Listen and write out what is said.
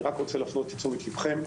אני רק רוצה להפנות את תשומת לבכם,